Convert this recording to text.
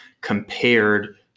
compared